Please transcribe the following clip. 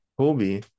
Kobe